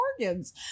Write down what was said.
organs